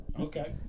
Okay